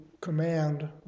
command